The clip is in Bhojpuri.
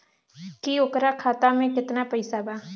की ओकरा खाता मे कितना पैसा बा?